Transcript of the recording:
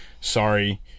Sorry